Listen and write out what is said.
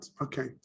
okay